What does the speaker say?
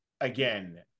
again